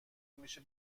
میشه